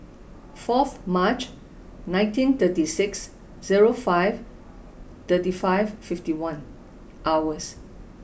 fourth March nineteen thirty six zero five thirty five fifty one hours